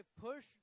push